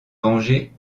venger